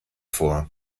vor